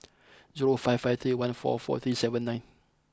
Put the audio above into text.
zero five five three one four four three seven nine